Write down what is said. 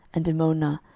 and dimonah,